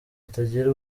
zitagira